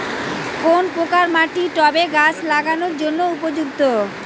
কোন প্রকার মাটি টবে গাছ লাগানোর জন্য উপযুক্ত?